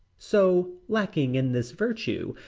so, lacking in this virtue,